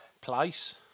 place